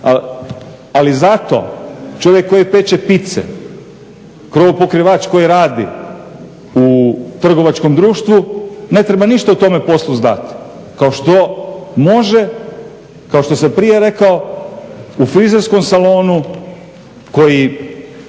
Ali zato čovjek koji peče pizze, krovopokrivač koji radi u trgovačkom društvu ne treba ništa o tome poslu znati kao što može, kao što sam prije rekao u frizerskom salonu koji